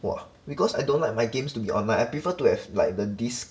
!wah! because I don't like my games to be online I prefer to have like the disc